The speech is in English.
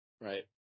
Right